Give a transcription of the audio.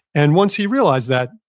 and once he realized that,